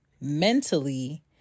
mentally